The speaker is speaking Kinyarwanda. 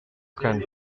kane